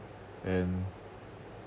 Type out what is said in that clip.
and